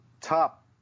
top